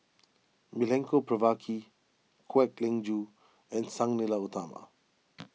Milenko Prvacki Kwek Leng Joo and Sang Nila Utama